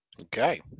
Okay